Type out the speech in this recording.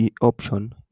option